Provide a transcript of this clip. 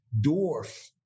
dwarf